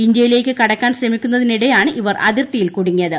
ഇന്ത്യയിലേയ്ക്ക് കടക്കാൻ ശ്രമിക്കുന്നതിനിടെയാണ് ഇവർ അതിർത്തിയിൽ കുടുങ്ങിയത്